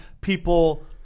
people